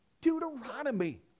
Deuteronomy